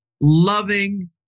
loving